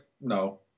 no